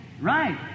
Right